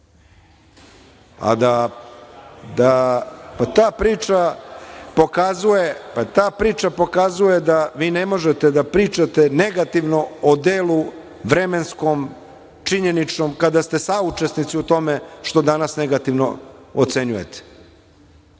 godine. Ta priča pokazuje da vi ne možete da pričate negativno o delu vremenskom, činjeničnom kada ste saučesnici o tome što danas negativno ocenjujete. Spominjanje